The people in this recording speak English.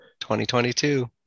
2022